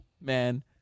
man